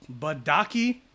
Badaki